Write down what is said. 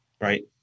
right